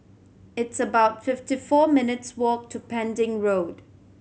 it's about fifty four minutes' walk to Pending Road